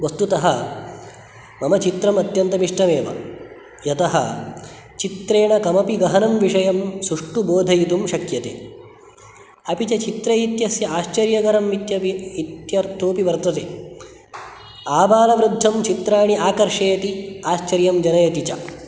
वस्तुतः मम चित्रम् अत्यन्तमिष्टमेव यतः चित्रेण कमपि गहनं विषयं सुष्ठु बोधयितुं शक्यते अपि च चित्र इत्यस्य आश्चर्यकरम् इत्यपि इत्यर्थोपि वर्तते आबालवृद्धं चित्राणि आकर्षयति आश्चर्यं जनयति च